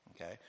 Okay